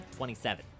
27